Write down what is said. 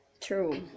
true